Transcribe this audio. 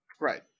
Right